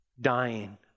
dying